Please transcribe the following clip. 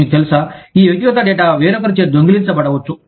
మీకు తెలుసా ఈ వ్యక్తిగత డేటా వేరొకరిచే దొంగిలించబడవచ్చు